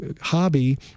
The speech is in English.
hobby